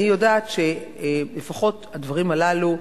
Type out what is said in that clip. אני יודעת שלפחות הדברים הללו,